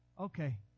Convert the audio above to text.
Okay